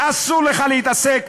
אסור לך להתעסק.